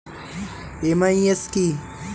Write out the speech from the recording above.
MIS কি?